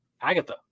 Agatha